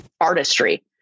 artistry